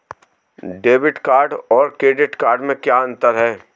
Debit card और credit card में क्या अंतर है?